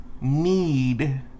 need